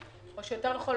או שיותר נכון,